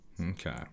Okay